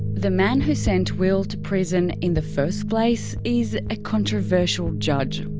the man who sent will to prison in the first place is a controversial judge.